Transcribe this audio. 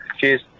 Cheers